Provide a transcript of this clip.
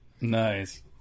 nice